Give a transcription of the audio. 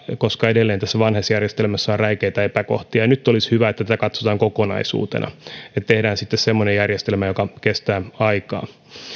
koska edelleen tässä vanhassa järjestelmässä on räikeitä epäkohtia ja nyt olisi hyvä että tätä katsotaan kokonaisuutena ja tehdään sitten semmoinen järjestelmä joka kestää aikaa